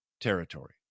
territory